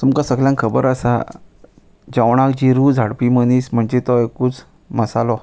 तुमकां सगल्यांक खबर आसा जेवणाक जी रूच हाडपी मनीस म्हणजे तो एकूच मसालो